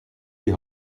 die